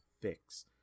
fix